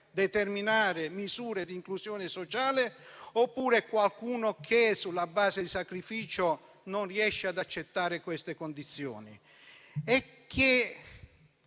determinare misure di inclusione sociale oppure qualcuno che, sulla base di sacrificio, non riesce ad accettare queste condizioni?